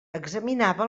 examinava